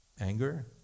Anger